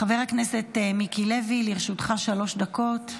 חבר הכנסת מיקי לוי, לרשותך שלוש דקות.